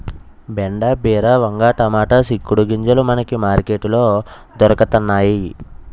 బెండ బీర వంగ టమాటా సిక్కుడు గింజలు మనకి మార్కెట్ లో దొరకతన్నేయి